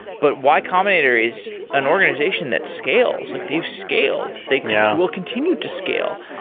but y combinator is an organization that scales. like they've scaled. they will continue to scale.